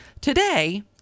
Today